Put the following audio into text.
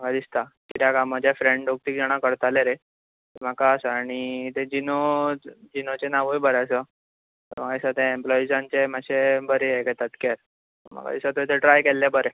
अशे दिसतां किद्याक म्हजे फ्रेंड दोग तीग जाणां करताले ते म्हाका आसा आनी तेजी नु जीनोचे नांवूय बरे आसा म्हाका दिसता ते ऐप्लोइजांचे मातशे बरे ये करता केर म्हाका दिसता तुवें थंय ट्राय केल्ले बरे